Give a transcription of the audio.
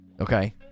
Okay